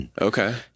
Okay